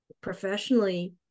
professionally